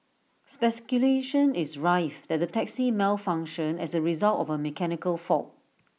speculation is rife that the taxi malfunctioned as A result of A mechanical fault